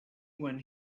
when